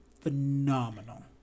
phenomenal